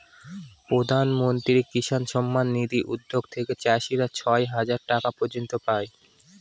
প্রধান মন্ত্রী কিষান সম্মান নিধি উদ্যাগ থেকে চাষীরা ছয় হাজার টাকা পর্য়ন্ত পাই